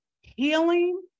Healing